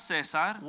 César